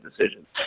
decisions